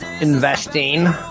investing